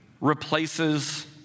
replaces